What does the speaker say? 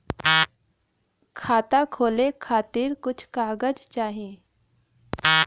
खाता खोले के खातिर कुछ कागज चाही?